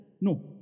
no